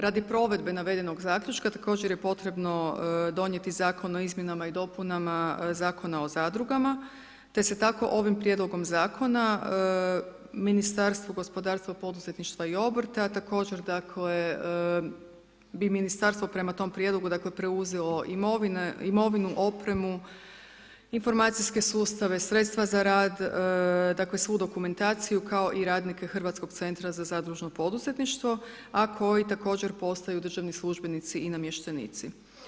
Radi provedbe navedenog zaključka također je potrebno donijeti Zakon o izmjenama i dopunama Zakona o zadrugama, te se tako ovim prijedlogom Zakona Ministarstvu gospodarstva, poduzetništva i obrta također, dakle, bi Ministarstvo prema tome prijedlogu, dakle, preuzelo imovinu, opremu, informacijske sustave, sredstva za rad, dakle, svu dokumentaciju, kao i radnike Hrvatskog centra za zadružno poduzetništvo, a koji također postaju državni službenici i namještenici.